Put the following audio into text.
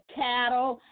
cattle